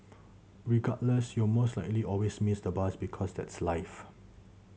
regardless you'd most likely always miss the bus because that's life